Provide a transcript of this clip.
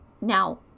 Now